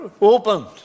opened